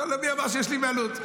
מי אמר שיש לי בעלות?